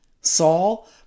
Saul